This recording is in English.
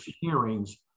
hearings